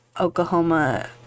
Oklahoma